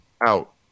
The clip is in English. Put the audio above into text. out